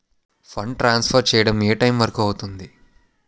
Fund transfer చేయడం ఏ time వరుకు అవుతుంది?